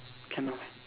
cannot ah